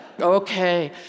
okay